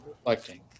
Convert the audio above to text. reflecting